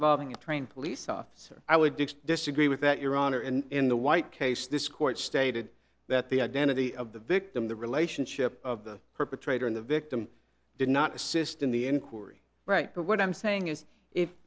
involving a trained police officer i would expect disagree with that your honor and in the white case this court stated that the identity of the victim the relationship of the perpetrator and the victim did not assist in the inquiry right but what i'm saying is if